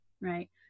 right